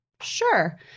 sure